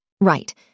Right